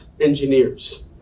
engineers